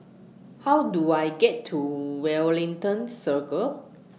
How Do I get to Wellington Circle